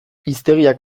hiztegiak